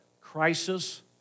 crisis